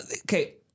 okay